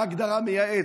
מה ההגדרה של "מייעץ"?